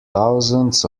thousands